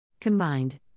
Combined